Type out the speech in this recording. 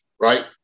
right